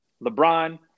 LeBron